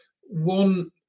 one